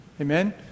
Amen